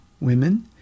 women